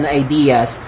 ideas